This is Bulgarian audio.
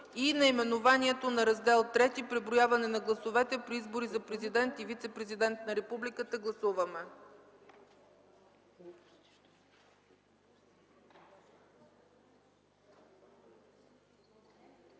и наименованието на Раздел ІІІ „Преброяване на гласовете при избори за президент и вицепрезидент на републиката”. Гласуваме.